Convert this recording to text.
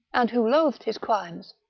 and who loathed his crimes,